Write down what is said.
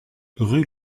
rue